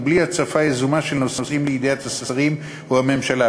ובלי הצפה יזומה של נושאים לידיעת השרים או הממשלה.